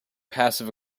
passive